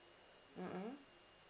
mm mm